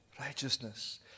righteousness